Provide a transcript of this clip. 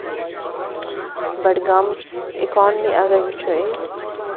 بڈگامٕچ economy اگر وٕچھو أسۍ